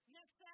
Next